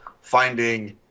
finding